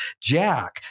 Jack